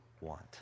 want